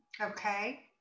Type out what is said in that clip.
Okay